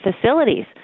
facilities